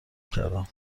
کردم